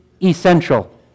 essential